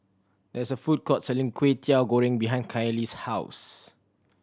there is a food court selling Kwetiau Goreng behind Kallie's house